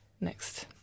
next